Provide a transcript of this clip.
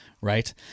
right